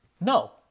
No